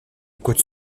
côte